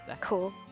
cool